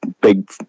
big